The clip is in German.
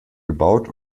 gebaut